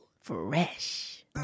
fresh